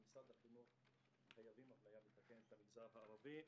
במשרד החינוך חייבים אפליה מתקנת למגזר הערבי,